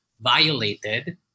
violated